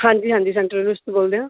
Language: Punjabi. ਹਾਂਜੀ ਹਾਂਜੀ ਸੈਂਟਰ ਯੂਨੀਵਰਸਿਟੀ ਤੋਂ ਬੋਲਦੇ ਆ